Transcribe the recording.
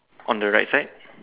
on the right side